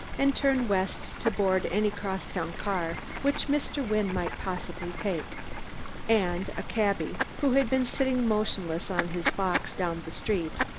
and turn west to board any crosstown car which mr. wynne might possibly take and a cabby, who had been sitting motionless on his box down the street,